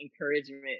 encouragement